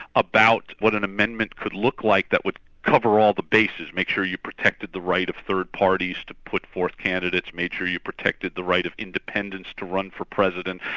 about what an amendment could look like that would cover all the bases, made sure you protected the right of third parties to put forth candidates, made sure you protected the right of independence to run for president.